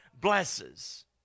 blesses